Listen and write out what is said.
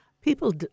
people